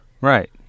Right